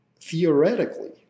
theoretically